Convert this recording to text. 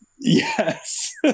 Yes